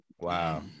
Wow